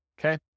okay